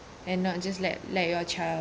and not just let let your child